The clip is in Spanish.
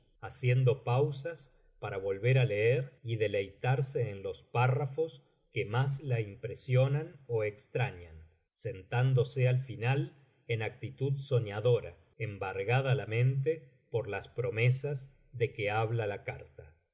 haciendo pausas para volver á leer y deleitarse en los párrafos que más la impresionan ó extrañan sentándose al final en actitud soñadora embargada la mente por las promesas de que habíala carta